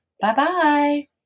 Bye-bye